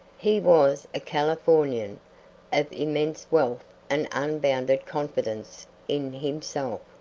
he was a californian of immense wealth and unbounded confidence in himself,